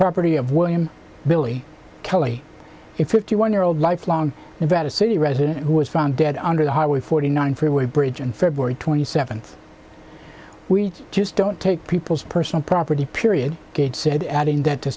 property of william billy kelly it fifty one year old lifelong and data city resident who was found dead under the highway forty nine freeway bridge and february twenty seventh we just don't take people's personal property period gates said adding that t